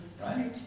Right